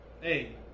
Hey